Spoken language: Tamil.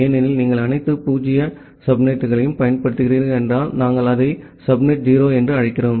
ஏனெனில் நீங்கள் அனைத்து 0 சப்நெட்டுகளையும் பயன்படுத்துகிறீர்கள் என்றால் நாங்கள் அதை சப்நெட் 0 என்று அழைக்கிறோம்